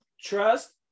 trust